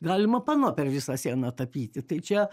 galima pano per visą sieną tapyti tai čia